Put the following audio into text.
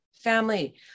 family